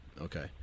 okay